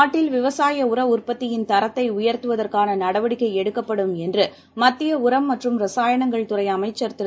நாட்டில் விவசாய உர உற்பத்தியின் தரத்தைஉயர்த்துவதற்கானநடவடிக்கைஎடுக்கப்படும் என்றுமத்தியஉரம் மற்றும் ரசாயணங்கள் துறைஅமைச்சர் திரு